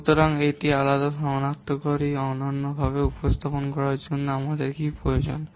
সুতরাং এটা আলাদা শনাক্তকারীদের অনন্যভাবে উপস্থাপন করার জন্য আমাদের কী প্রয়োজন